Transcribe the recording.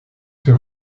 ses